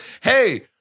hey